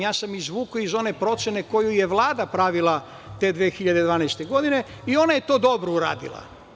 Ja sam izvukao iz one procene koju je Vlada pravila te 2012. godine i ona je to dobro uradila.